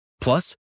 plus